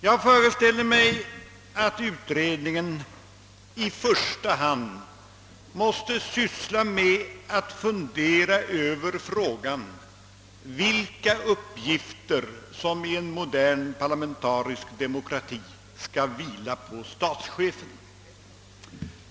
Jag föreställer mig att utredningen i första hand måste syssla med att fundera över frågan vilka uppgifter som i en modern parlamentarisk demokrati skall vila på statschefen.